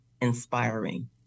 inspiring